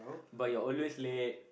but you're always late